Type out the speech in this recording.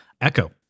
Echo